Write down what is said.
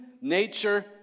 nature